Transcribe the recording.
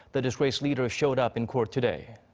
the disgraced leader showed up in court today.